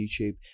youtube